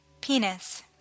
penis